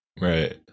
Right